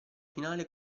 finale